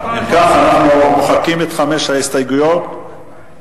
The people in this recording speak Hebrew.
אם כך, אנחנו מוחקים את חמש ההסתייגויות האחרות,